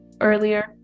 earlier